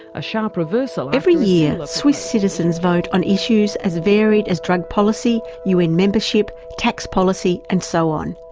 a sharp reversal. every year swiss citizens vote on issues as varied as drug policy, un membership, tax policy and so on.